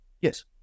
Yes